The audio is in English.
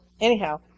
Anyhow